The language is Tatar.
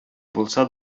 булса